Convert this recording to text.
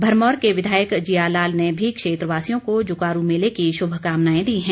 भरमौर के विधायक जियालाल ने भी क्षेत्रवासियों को जुकारू मेले की शुभकामनाएं दी हैं